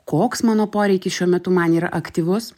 koks mano poreikis šiuo metu man yra aktyvus